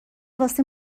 واسه